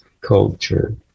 culture